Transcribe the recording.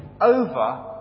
over